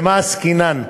במה עסקינן?